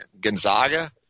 Gonzaga